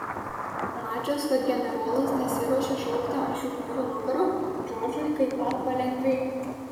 pamačius kad generolas nesiruošia šokti ant šių vyrų nugarų džordžui kaipmat palengvėjo